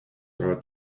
are